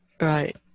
Right